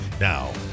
Now